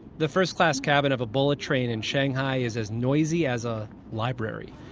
the first class cabin of a bullet train in shanghai is as noisy as a library.